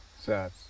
Sad